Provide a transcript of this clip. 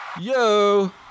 Yo